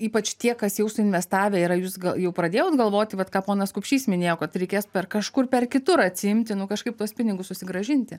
ypač tie kas jau suinvestavę yra jūs gal jau pradėjot galvoti ką ponas kupšys minėjo kad reikės per kažkur per kitur atsiimti nu kažkaip tuos pinigus susigrąžinti